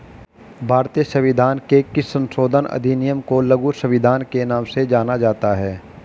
भारतीय संविधान के किस संशोधन अधिनियम को लघु संविधान के नाम से जाना जाता है?